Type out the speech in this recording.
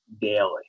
daily